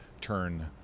turn